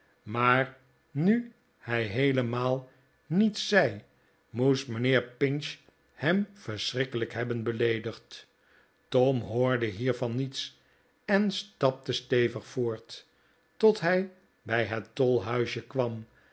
maar nu hij heemaarten chuzzlewit lemaal niets zei moest mijnheer pinch hem verschrikkelijk hebben beleedigd tom hoorde hiervan niets en stapte stevig voort tot hij bij het tolhuisje kwam